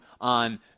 on